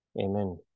Amen